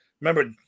Remember